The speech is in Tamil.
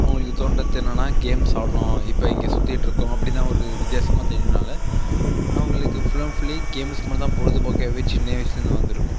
அவர்களுக்கு தோன்றுறது என்னன்னா கேம்ஸ் ஆடணும் இப்போ இங்கே சுற்றிட்டுருக்கோம் அப்படிதான் ஒரு வித்தியாசமாக தெரியரனால் அவர்களுக்கு ஃபுல் அண்ட் ஃபுல்லி கேம்ஸ் மட்டும் தான் பொழுது போக்கே சின்ன வயதுலேருந்தே வந்திருக்கும்